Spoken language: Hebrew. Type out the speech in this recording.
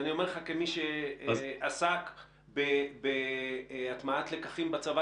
אני אומר לך כמי שעסק בהטמעת לקחים בצבא,